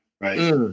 right